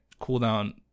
cooldown